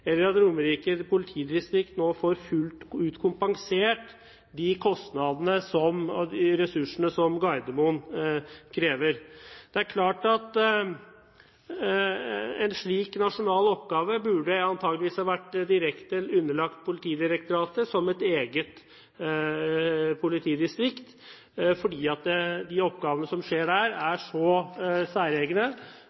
eller at Romerike politidistrikt får fullt ut kompensert de kostnadene og de ressursene som Gardermoen krever. En slik nasjonal oppgave burde antakeligvis vært direkte underlagt Politidirektoratet som et eget politidistrikt, for de oppgavene som er der,